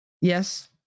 yes